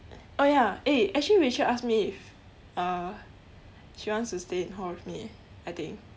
oh ya eh actually rachel ask me if uh she wants to stay in hall with me eh I think